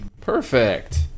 Perfect